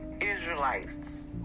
Israelites